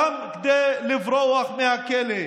גם כדי לברוח מהכלא.